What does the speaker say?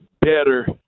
better